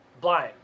Blind